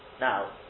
Now